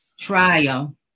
trial